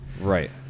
Right